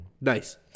nice